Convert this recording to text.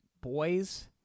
boys